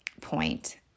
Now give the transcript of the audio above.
point